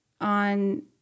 on